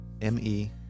M-E